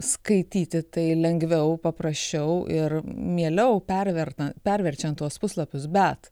skaityti tai lengviau paprasčiau ir mieliau perverta perverčiant tuos puslapius bet